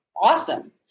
awesome